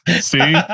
see